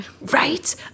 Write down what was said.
Right